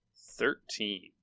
Thirteen